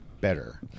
better